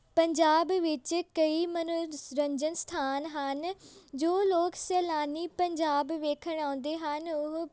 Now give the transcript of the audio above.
ਪੰਜਾਬ ਵਿੱਚ ਕਈ ਮਨੋਰੰਜਨ ਸਥਾਨ ਹਨ ਜੋ ਲੋਕ ਸੈਲਾਨੀ ਪੰਜਾਬ ਦੇਖਣ ਆਉਂਦੇ ਹਨ ਉਹ